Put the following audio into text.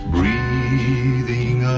Breathing